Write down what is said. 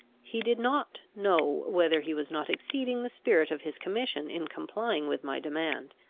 he did not know whether he was not exceeding the spirit of his commission in complying with my demand.